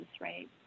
right